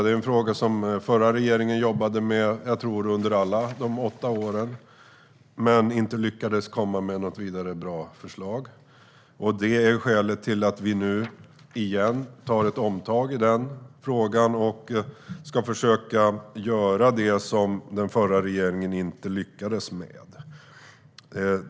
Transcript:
Jag tror att föregående regeringar jobbade med frågan under alla sina åtta år utan att lyckas komma med något vidare bra förslag, och detta är skälet till att vi återigen tar ett omtag i den frågan och ska försöka göra det som den förra regeringen inte lyckades med.